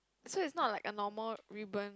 so it's not like a normal ribbon